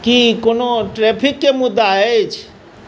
की कोनो ट्रैफिकके मुद्दा अछि